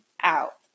out